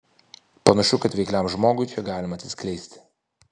panašu kad veikliam žmogui čia galima atsiskleisti